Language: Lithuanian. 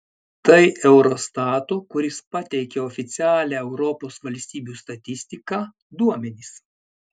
tai eurostato kuris pateikia oficialią europos valstybių statistiką duomenys